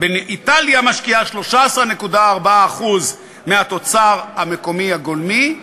איטליה משקיעה 13.4% מהתוצר המקומי הגולמי,